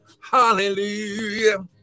Hallelujah